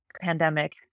pandemic